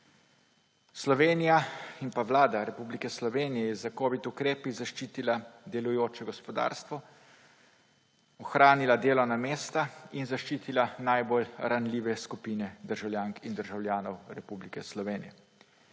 Slovenija in Vlada Republike Slovenije je s covid ukrepi zaščitila delujoče gospodarstvo, ohranila delovna mesta ter zaščitila najbolj ranljive skupine državljank in državljanov Republike Slovenije.